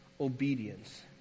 obedience